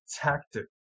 tactic